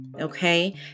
okay